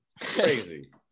Crazy